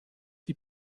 die